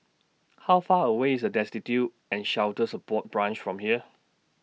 How Far away IS A Destitute and Shelter Support Branch from here